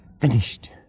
finished